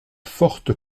forte